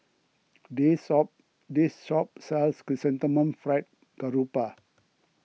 this sold this shop sells Chrysanthemum Fried Garoupa